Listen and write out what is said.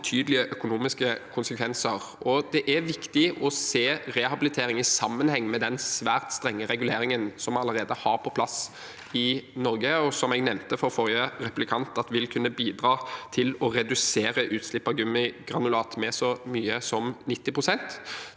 betydelige økonomiske konsekvenser. Det er viktig å se rehabilitering i sammenheng med den svært strenge reguleringen vi allerede har på plass i Norge, og som jeg nevnte for forrige replikant vil kunne bidra til å redusere utslipp av gummigranulat med så mye som 90 pst.